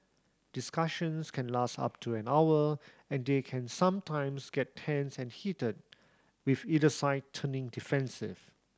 discussions can last up to an hour and they can sometimes get tense and heated with either side turning defensive